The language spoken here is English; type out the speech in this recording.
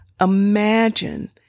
Imagine